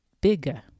bigger